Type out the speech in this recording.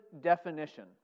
definition